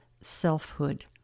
selfhood